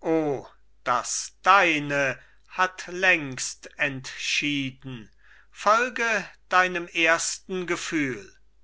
o das deine hat längst entschieden folge deinem ersten gefühl